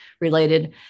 related